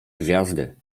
gwiazdy